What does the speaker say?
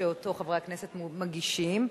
שחברי הכנסת מגישים,